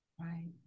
Right